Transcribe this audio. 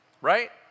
right